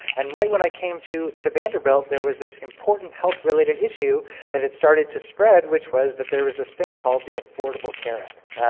and right when i came to to vanderbilt, there was this important health-related issue that had started to spread, which was that there was a thing called the affordable care act.